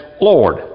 Lord